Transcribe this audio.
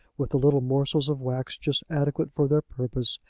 with the little morsels of wax just adequate for their purpose,